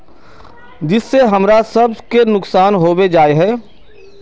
जिस से हमरा सब के नुकसान होबे जाय है?